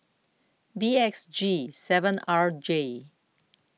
B X G seven R J